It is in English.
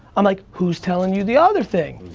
um like who's telling you the other thing?